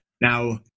now